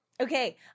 Okay